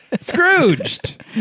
scrooged